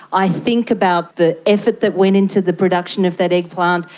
i think about the effort that went into the production of that eggplant,